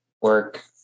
work